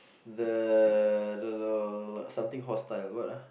the the something hostile what ah